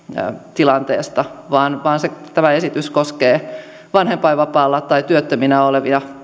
tilanteesta vaan vaan tämä esitys koskee vanhempainvapaalla tai työttöminä olevia